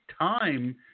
time